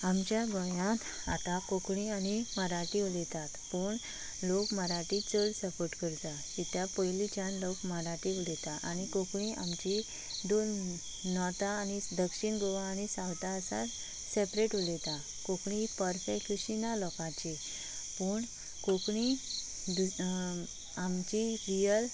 आमच्या गोंयांत आतां कोंकणी आनी मराठी उलयतात पूण लोक मराठी चड सपोर्ट करता कित्याक पयलींच्यान लोक मराठी उलयतात आनी कोंकणी आमची दोन नोता आनी दक्षीण गोवा सावथासान सेपरेट उलयतात कोंकणी पर्फेक्ट अशीं ना लोकांची पूण कोंकणी आमची रियल